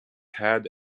had